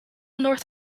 north